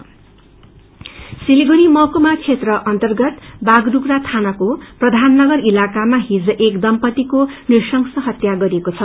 र अन मर्डर सिलगढी महकुमा क्षेत्र अन्तर्गत बाघडोप्रा थानाको प्रधाननगर इलाकामा हिज एक दम्पत्तिको नृशंस हत्या गरिएको छ